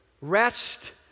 rest